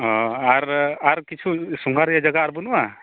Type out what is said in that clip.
ᱚ ᱟᱨ ᱟᱨ ᱠᱤᱪᱷᱩ ᱥᱟᱸᱜᱷᱟᱨᱤᱭᱟᱹ ᱡᱟᱜᱟ ᱟᱨ ᱵᱟᱹᱱᱩᱜᱼᱟ